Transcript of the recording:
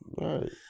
Right